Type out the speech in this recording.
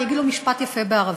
אני אגיד לו משפט יפה בערבית: